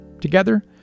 Together